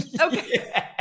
Okay